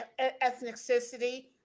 ethnicity